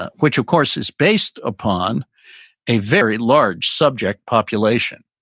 ah which of course is based upon a very large subject population.